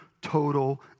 total